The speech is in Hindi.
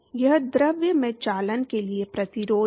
यह द्रव में चालन के लिए प्रतिरोध है